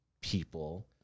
people